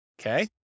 Okay